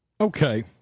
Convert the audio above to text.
Okay